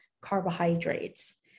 carbohydrates